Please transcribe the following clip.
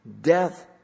Death